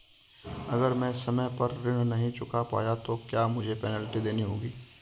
अगर मैं समय पर ऋण नहीं चुका पाया तो क्या मुझे पेनल्टी देनी होगी?